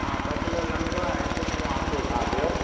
हा ॿ किलो लगंड़ो ऐं हिकु किलो हाफ़ुस हा ॿियो